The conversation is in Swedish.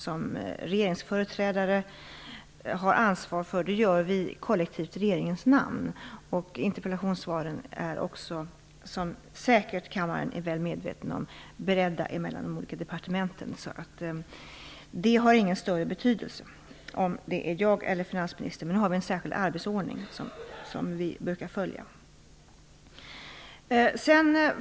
Kammarens ledamöter är säkert också väl medvetna om att interpellationssvaren är beredda mellan de olika departementen. Det har alltså ingen större betydelse om det är jag eller finansministern som svarar. Vi har en särskild arbetsordning som vi brukar följa.